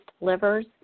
livers